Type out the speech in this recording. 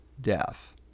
death